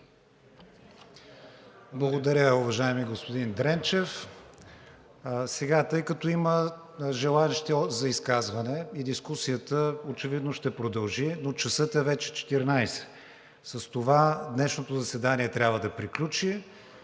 Благодаря, уважаеми господин Дренчев. Сега, тъй като има желаещи за изказване и дискусията очевидно ще продължи, но часът е вече 14,00, с това днешното заседание трябва да приключи,